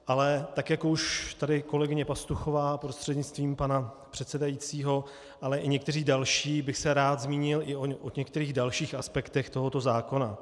Ale tak jako už tady kolegyně Pastuchová, prostřednictvím pana předsedajícího, ale i někteří další bych se rád zmínil i o některých dalších aspektech tohoto zákona.